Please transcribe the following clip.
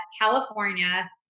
California